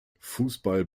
fußball